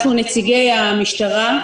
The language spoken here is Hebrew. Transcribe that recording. אנחנו נציגי המשטרה.